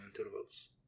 intervals